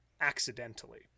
accidentally